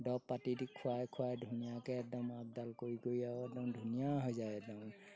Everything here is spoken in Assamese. দৰৱ পাতি দি খুৱাই খুৱাই ধুনীয়াকৈ একদম আপডাল কৰি কৰি আৰু একদম ধুনীয়া হৈ যায় একদম